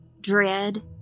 dread